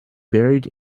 buried